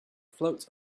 floats